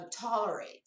tolerate